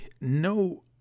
no